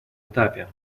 этапе